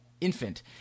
infant